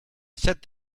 set